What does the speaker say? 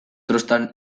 trostan